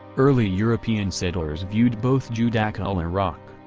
early european settlers viewed both judaculla rock,